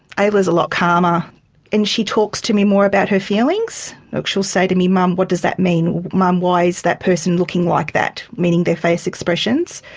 ayla's a lot calmer and she talks to me more about her feelings, like she'll say to me, mum, what does that mean? mum, why is that person looking like that? meaning their face expressions.